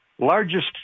largest